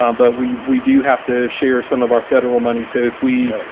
um but we we do have to share some of our federal money. so if we,